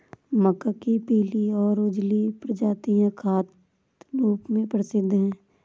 मक्का के पीली और उजली प्रजातियां खाद्य रूप में प्रसिद्ध हैं